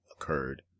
occurred